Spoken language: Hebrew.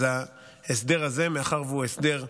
אז ההסדר הזה, מאחר שהוא הסדר מקל,